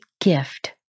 gift